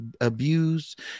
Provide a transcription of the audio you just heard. abused